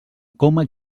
coma